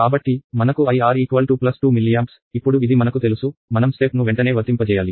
కాబట్టి మనకు IR 2 milliamps ఇప్పుడు ఇది మనకు తెలుసు మనం స్టెప్ ను వెంటనే వర్తింపజేయాలి